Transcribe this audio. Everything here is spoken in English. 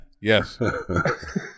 Yes